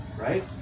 right